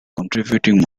contributing